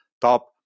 top